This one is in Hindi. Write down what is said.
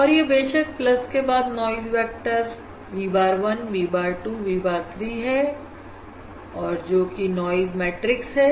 और यह बेशक प्लस के बाद noise vector v bar 1 v bar 2 v bar 3 है और जो कि नाइज मैट्रिक्स है